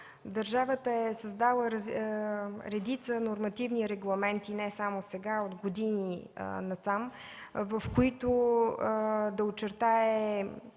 Държавата е създала редица нормативни регламенти – не само сега, а от години насам, в които да очертае